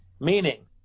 meaning